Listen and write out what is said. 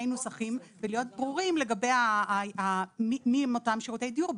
נוסחים ולהיות ברורים לגבי מי הם אותם שירותי דיור,